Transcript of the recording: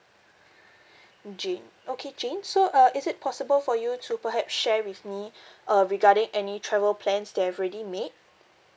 jane okay jane so uh is it possible for you to perhaps share with me uh regarding any travel plans that you've already made